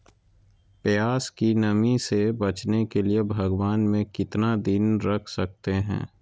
प्यास की नामी से बचने के लिए भगवान में कितना दिन रख सकते हैं?